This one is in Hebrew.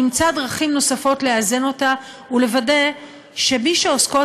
נמצא דרכים נוספות לאזן אותה ולוודא שמי שעוסקות